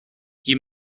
you